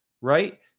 right